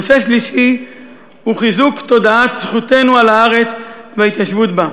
נושא שלישי הוא חיזוק תודעת זכותנו על הארץ וההתיישבות בה.